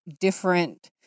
different